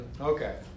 Okay